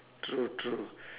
true true